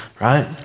right